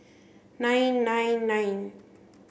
nine nine nine